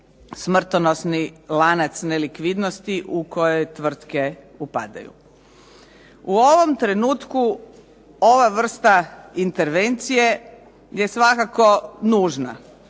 smrtonosni lanac nelikvidnosti u koji tvrtke upadaju. U ovom trenutku ova vrsta intervencije je svakako nužna.